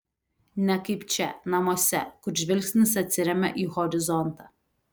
ne kaip čia namuose kur žvilgsnis atsiremia į horizontą